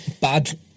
bad